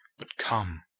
but come.